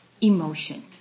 emotion